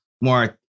more